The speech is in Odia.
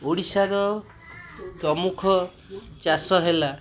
ଓଡିଶାର ପ୍ରମୁଖ ଚାଷ ହେଲା